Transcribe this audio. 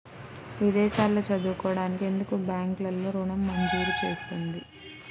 విదేశాల్లో చదువుకోవడానికి ఎందుకు బ్యాంక్లలో ఋణం మంజూరు చేస్తుంది?